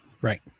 right